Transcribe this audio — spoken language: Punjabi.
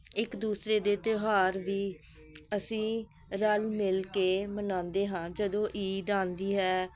ਇੱਕ ਦੂਸਰੇ ਦੇ ਤਿਉਹਾਰ ਵੀ ਅਸੀਂ ਰਲ ਮਿਲ ਕੇ ਮਨਾਉਂਦੇ ਹਾਂ ਜਦੋਂ ਈਦ ਆਉਂਦੀ ਹੈ